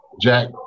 Jack